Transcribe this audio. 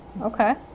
Okay